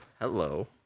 Hello